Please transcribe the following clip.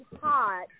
hot